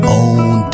own